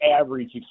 average